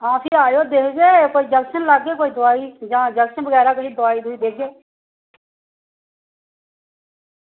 आं फिर आयो ते इंजेक्शन लाह्गे कोई दोआई जां इंजेक्शन बगैरा किश दोआई देगे